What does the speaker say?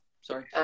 sorry